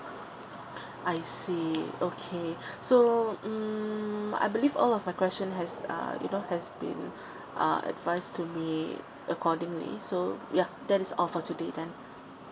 I see okay so mm I believe all of my question has uh you now has been uh advised to me accordingly so ya that is all for today then